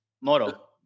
moro